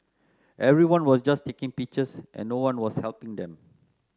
everyone was just taking pictures and no one was helping them